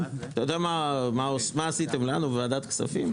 יודע מה עשית לנו בוועדת כספים?